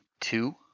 two